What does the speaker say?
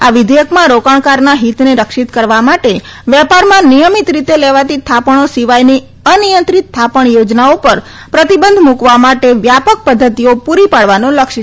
આ વિધેયકમાં રોકાણકારોના હિતને રક્ષીત કરવા માટે વે ારમાં નિયમિત રીતે લેવાતી થા ણો સિવાયની અનિયંત્રિત થા ણ યોજનાઓ ર પ્રતિબંધ મુકવા માટે વ્યા ક ધ્ધતિઓ પુરી ાડવાનો લક્ષ્ય છે